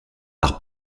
par